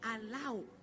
allow